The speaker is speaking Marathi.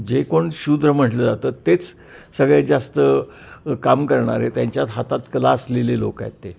जे कोण शूद्र म्हटलं जातं तेच सगळ्यात जास्त काम करणारे त्यांच्यात हातात क्लास लिहिलेली लोकं आहेत ते